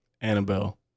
Annabelle